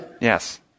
Yes